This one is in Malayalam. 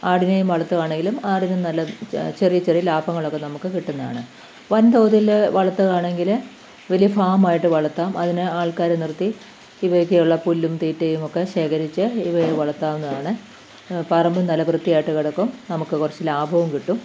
ആടിനെ വളത്തുകയാണെങ്കിലും ആടിനു നല്ല ചെറിയ ചെറിയ ലാഭങ്ങളൊക്കെ നമുക്ക് കിട്ടുന്നതാണ് വൻ തോതിൽ വളത്തുകാണെങ്കിൽ വലിയ ഫാമായിട്ടു വളർത്താം അതിനു ആൾക്കാരെ നിർത്തി ഇവക്കുള്ള പുല്ലും തീറ്റയുമൊക്കെ ശേഖരിച്ച് ഇവയെ വളർത്താകുന്നതാണ് പറമ്പ് നല്ല വൃത്തിയായിട്ട് കിടക്കും നമുക്ക് കുറച്ചു ലാഭവും കിട്ടും